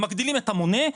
מגדילים את המונה,